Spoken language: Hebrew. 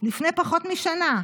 לפני פחות משנה,